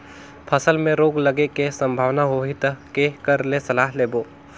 फसल मे रोग लगे के संभावना होही ता के कर ले सलाह लेबो?